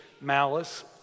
malice